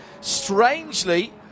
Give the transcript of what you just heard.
strangely